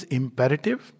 imperative